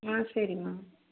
ஆ சரிமா